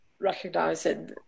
recognising